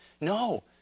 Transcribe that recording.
No